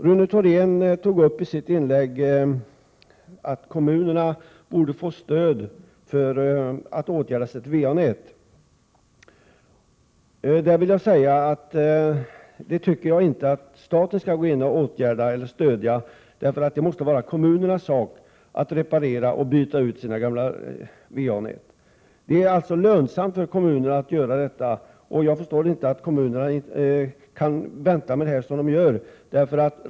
Rune Thorén tog i sitt inlägg upp förslaget att kommunerna borde få stöd för att åtgärda sina VA-nät. Jag tycker inte att staten skall stödja sådana förbättringar, utan det måste vara kommunernas sak att reparera och byta ut sina gamla VA-nät. Det är lönsamt för kommunerna att göra detta, och jag förstår inte hur kommunerna kan vänta med dessa åtgärder på det sätt de gör.